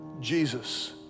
Jesus